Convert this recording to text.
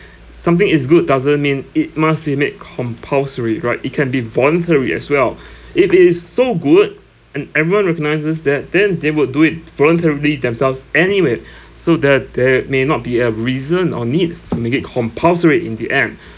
something is good doesn't mean it must be made compulsory right it can be voluntary as well if it is so good and everyone recognises that then they would do it voluntarily themselves anyway so that there may not be a reason or need for make it compulsory in the end